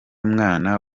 mwana